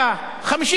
70,000 שקל,